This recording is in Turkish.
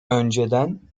önceden